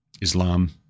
Islam